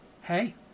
hey